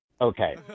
Okay